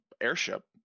airship